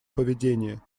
поведение